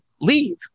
leave